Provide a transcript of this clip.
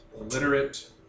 Illiterate